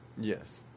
Yes